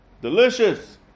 Delicious